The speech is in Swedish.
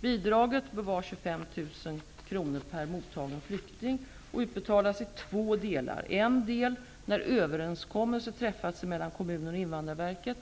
Bidraget bör vara 25 000 kronor per mottagen flykting och utbetalas i två delar: en del när överenskommelse träffats mellan kommunen och Invandrarverket